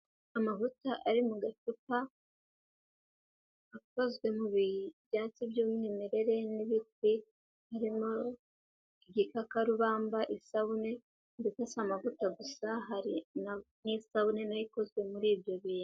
Amavuta ari mu gacupa akozwe mu byatsi by'umwimerere n'ibiti birimo igikakarubamba, isabune, ndetse si amavuta gusa hari n'isabune na yo ikozwe muri ibyo bintu.